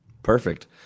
Perfect